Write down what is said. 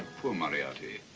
poor moriarity.